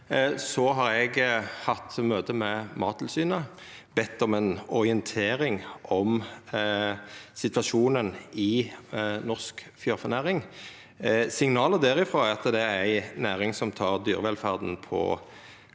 eg hatt møte med Mattilsynet og bedt om ei orientering om situasjonen i norsk fjørfenæring. Signala derifrå er at det er ei næring som tek dyrevelferda på